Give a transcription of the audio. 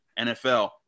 nfl